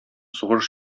сугыш